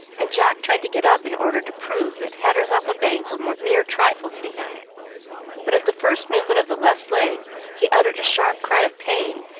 and jack tried to get up in order to prove that headers off a bank were mere trifles to him but at the first movement of the left leg he uttered a sharp cry of pain,